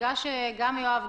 בגלל שגם יואב,